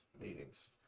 meetings